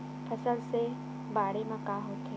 फसल से बाढ़े म का होथे?